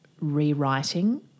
rewriting